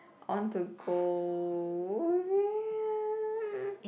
I want to go